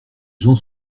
gens